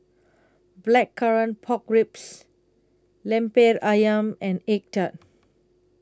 Blackcurrant Pork Ribs Lemper Ayam and Egg Tart